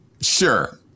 Sure